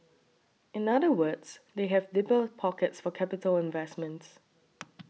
in other words they have deeper pockets for capital investments